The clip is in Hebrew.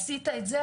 עשית את זה,